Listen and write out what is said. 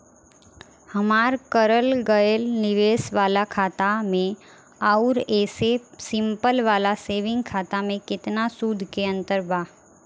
हमार करल गएल निवेश वाला खाता मे आउर ऐसे सिंपल वाला सेविंग खाता मे केतना सूद के अंतर बा?